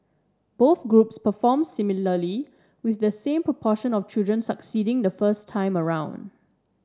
both groups perform similarly with the same proportion of children succeeding the first time around